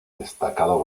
destacado